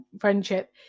friendship